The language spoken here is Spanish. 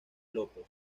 lópez